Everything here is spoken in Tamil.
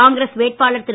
காங்கிரஸ் வேட்பாளர் திரு